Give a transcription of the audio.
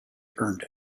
earned